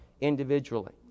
individually